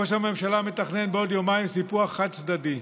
ראש הממשלה מתכנן בעוד יומיים סיפוח חד-צדדי,